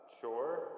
Sure